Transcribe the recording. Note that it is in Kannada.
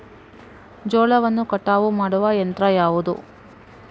ಜೋಳವನ್ನು ಕಟಾವು ಮಾಡುವ ಯಂತ್ರ ಯಾವುದು?